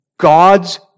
God's